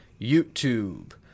YouTube